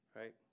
right